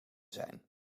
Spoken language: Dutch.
zijn